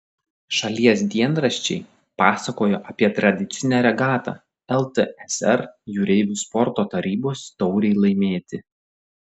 šalies dienraščiai pasakojo apie tradicinę regatą ltsr jūreivių sporto tarybos taurei laimėti